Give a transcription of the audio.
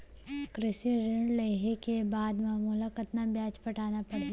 कृषि ऋण लेहे के बाद म मोला कतना ब्याज पटाना पड़ही?